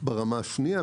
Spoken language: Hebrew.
ברמה השנייה,